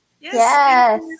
Yes